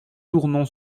tournon